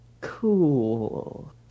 Cool